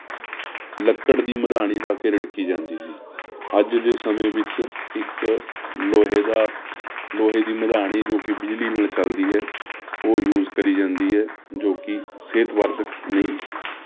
ਲੱਕੜ ਦੀ ਮਧਾਣੀ ਪਾ ਕੇ ਰਿੜਕੀ ਜਾਂਦੀ ਸੀ ਅੱਜ ਦੇ ਸਮੇਂ ਵਿੱਚ ਇੱਕ ਲੋਹੇ ਦਾ ਲੋਹੇ ਦੀ ਮਧਾਣੀ ਜੋ ਕਿ ਬਿਜਲੀ ਨਾਲ ਚਲਦੀ ਹੈ ਉਹ ਯੂਸ ਕਰੀ ਜਾਂਦੀ ਹੈ ਜੋ ਕਿ ਸਿਹਤ ਵਰਧਕ ਨਹੀਂ ਹੈ